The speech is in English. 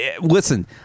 Listen